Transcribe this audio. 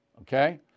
Okay